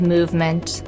Movement